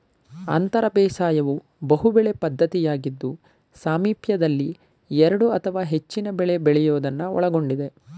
ಅಂತರ ಬೇಸಾಯವು ಬಹುಬೆಳೆ ಪದ್ಧತಿಯಾಗಿದ್ದು ಸಾಮೀಪ್ಯದಲ್ಲಿ ಎರಡು ಅಥವಾ ಹೆಚ್ಚಿನ ಬೆಳೆ ಬೆಳೆಯೋದನ್ನು ಒಳಗೊಂಡಿದೆ